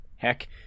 Heck